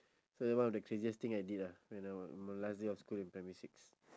so one of the craziest thing I did ah when I was in my last day of school in primary six